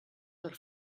per